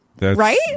right